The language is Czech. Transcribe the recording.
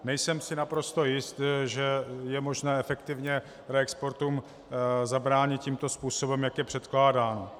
Nejsem si naprosto jist, že je možné efektivně reexportům zabránit tímto způsobem, jak je předkládán.